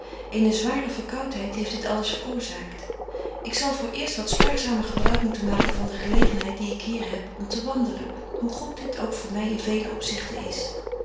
zware verkoutheid heeft dit alles veroorzaakt ik zal voor eerst wat spaarzamer gebruik moeten maken van de gelegenheid die ik hier heb om te wandelen hoe goed dit ook voor my in velen opzichte is